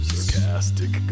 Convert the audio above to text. Sarcastic